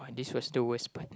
this was the worst part